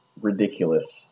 ridiculous